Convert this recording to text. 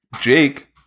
Jake